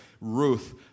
Ruth